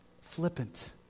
flippant